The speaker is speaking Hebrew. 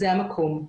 זה המקום.